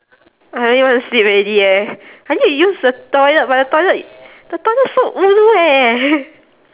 I really want to sleep already eh I need to use the toilet but the toilet i~ the toilet so ulu eh